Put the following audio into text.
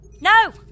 No